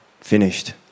finished